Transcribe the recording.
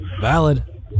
Valid